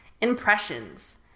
Impressions